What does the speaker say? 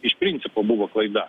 iš principo buvo klaida